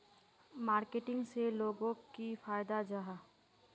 Marketing से लोगोक की फायदा जाहा?